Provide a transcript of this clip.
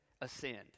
Ascend